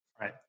Right